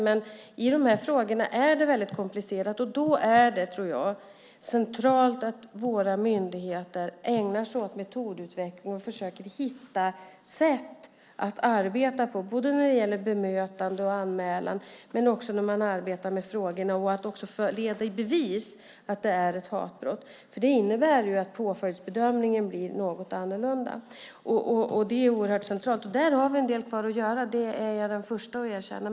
Dessa frågor är dock mycket komplicerade. Då är det centralt att våra myndigheter ägnar sig åt metodutveckling och försöker hitta sätt att arbeta på när det gäller bemötande, anmälan och arbetet med själva frågorna om att leda i bevis att det är ett hatbrott. Det innebär nämligen att påföljdsbedömningen blir något annorlunda. Där har vi en del kvar att göra; det är jag den första att erkänna.